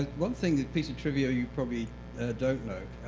one thing, a piece of trivia you probably don't know,